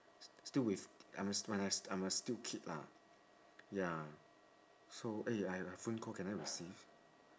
still with I mean when I I am still kid lah ya so eh I have a phone call can I receive